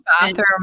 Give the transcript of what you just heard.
bathroom